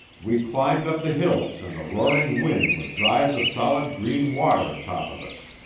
we climbed up the hills and the roaring wind would drive the solid green water atop of us.